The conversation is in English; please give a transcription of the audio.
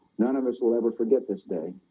none of us will ever forget this day